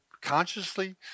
Consciously